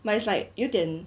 but it's like 有点